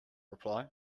reply